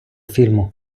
фільму